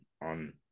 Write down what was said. on